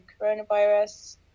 coronavirus